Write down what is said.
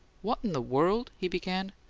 what in the world? he began,